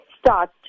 start